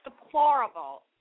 deplorable